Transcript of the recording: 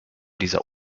dieser